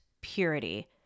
purity